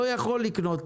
לא יכול לקנות